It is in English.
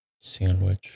Sandwich